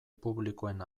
publikoen